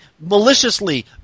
maliciously